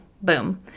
boom